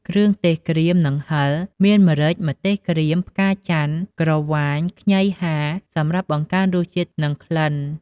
គ្រឿងទេសក្រៀម និងហឹរ មានម្រេច ម្ទេសក្រៀម ផ្កាច័ន្ទ ក្រវាញ ខ្ញីហាល សម្រាប់បង្កើនរសជាតិ និងក្លិន។